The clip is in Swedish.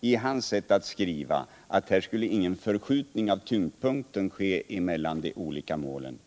i hans sätt att skriva att här skulle ingen förskjutning av tyngdpunkten ske mellan de olika målen.